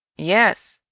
yes,